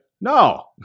No